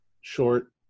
short